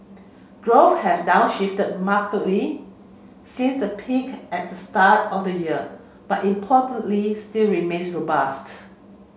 growth has downshifted markedly since the peak at the start of the year but importantly still remains robust